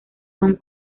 hong